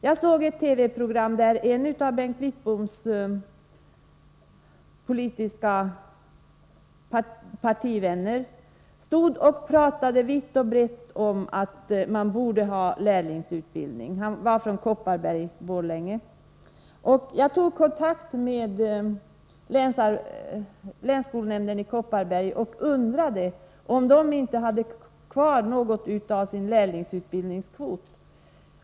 Jag såg ett TV-program där en av Bengt Wittboms partivänner pratade vitt och brett om att man borde ha lärlingsutbildning. Han var från Borlänge i Kopparbergs län. Jag tog kontakt med länsskolnämnden i Kopparbergs län och undrade om man där inte hade kvar något av sin lärlingsutbildningskvot.